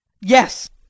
Yes